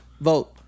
Vote